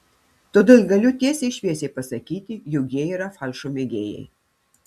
todėl galiu tiesiai šviesiai pasakyti jog jie yra falšo mėgėjai